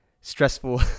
stressful